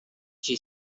she